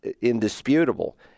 indisputable